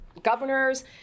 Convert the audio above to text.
governors